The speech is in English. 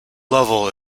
level